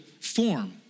form